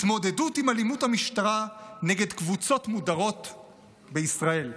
התמודדות עם אלימות המשטרה נגד קבוצות מודרות בישראל.